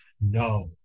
No